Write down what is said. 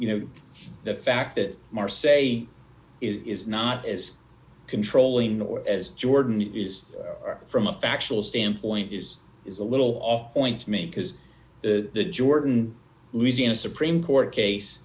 you know the fact that maher say is not as controlling or as jordan is from a factual standpoint is is a little off point to me because the jordan louisiana supreme court case